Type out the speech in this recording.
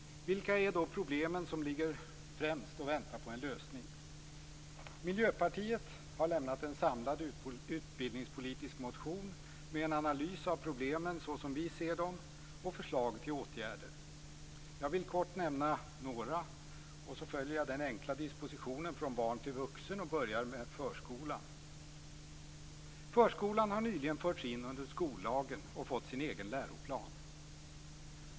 Vilka är då problemen som ligger främst och väntar på en lösning. Miljöpartiet har lämnat en samlad utbildningspolitisk motion med en analys av problemen så som vi ser dem och förslag till åtgärder. Jag vill kort nämna några. Jag följer den enkla dispositionen från barn till vuxen och börjar med förskolan. Förskolan har nyligen förts in under skolagen och fått sin egen läroplan.